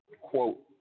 quote